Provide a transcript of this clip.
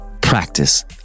practice